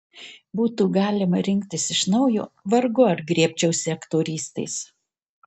būtų galima rinktis iš naujo vargu ar griebčiausi aktorystės